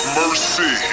mercy